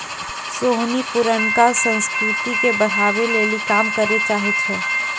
सोहिनी पुरानका संस्कृति के बढ़ाबै लेली काम करै चाहै छै